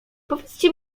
powiedzcie